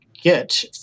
get